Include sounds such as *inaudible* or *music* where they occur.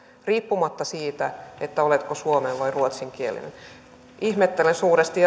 riippumatta siitä oletko suomen vai ruotsinkielinen ihmettelen suuresti *unintelligible*